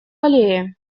аллее